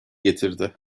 getirdi